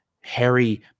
Harry